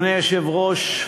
אדוני היושב-ראש,